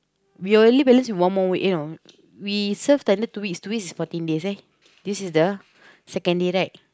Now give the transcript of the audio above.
we only balance one more week you know we serve standard two weeks two weeks is fourteen days right this is the second day right